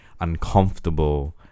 uncomfortable